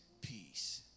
peace